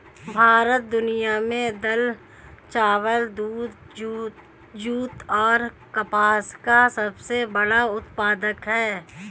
भारत दुनिया में दाल, चावल, दूध, जूट और कपास का सबसे बड़ा उत्पादक है